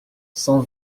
cent